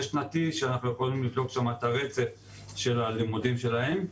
שאנחנו יכולים לבדוק שם את הרצף של הלימודים שלהן.